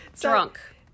Drunk